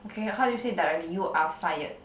okay how do you say directly you are fired